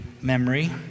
memory